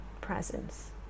presence